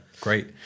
great